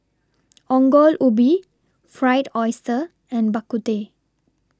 Ongol Ubi Fried Oyster and Bak Kut Teh